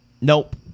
Nope